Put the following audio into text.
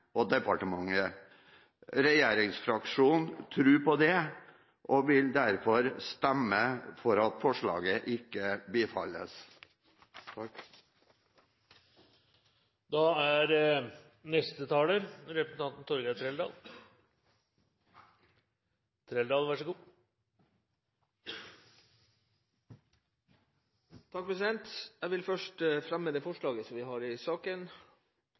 og departementet. Regjeringsfraksjonen tror på det og vil derfor stemme for at forslaget ikke bifalles. Jeg vil først fremme det forslaget vi har i